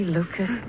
Lucas